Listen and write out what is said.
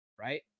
Right